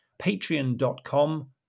Patreon.com